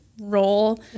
role